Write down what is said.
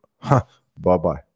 Bye-bye